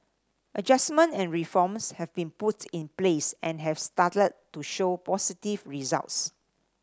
adjustment and reforms have been put in place and have started to show positive results